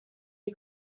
you